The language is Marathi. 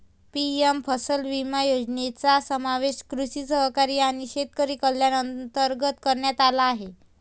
पी.एम फसल विमा योजनेचा समावेश कृषी सहकारी आणि शेतकरी कल्याण अंतर्गत करण्यात आला आहे